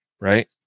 right